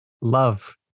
love